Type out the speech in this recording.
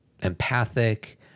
empathic